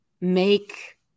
make